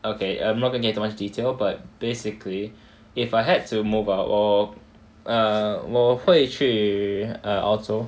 okay I'm not going to give too much detail but basically if I had to move out or err 我会去 err 澳洲